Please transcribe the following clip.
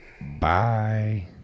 Bye